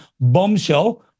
bombshell